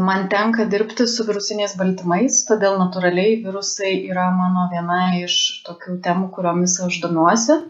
man tenka dirbti su virusiniais baltymais todėl natūraliai virusai yra mano viena iš tokių temų kuriomis aš domiuosi